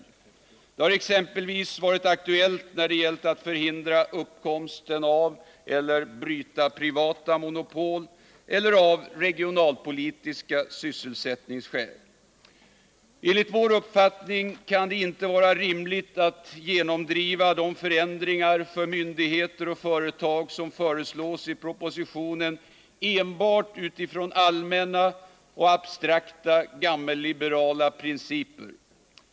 Detta har exempelvis varit aktuellt när det gällt att förhindra uppkomsten av eller bryta privata monopol eller då regionalpolitiska sysselsättningsskäl förelegat. Enligt vår uppfattning kan det inte vara rimligt att genomdriva de förändringar för myndigheter och företag som föreslås i propositionen enbart utifrån allmänna och abstrakta gammalliberala principer.